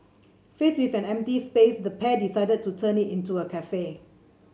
faced with an empty space the pair decided to turn it into a cafe